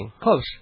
Close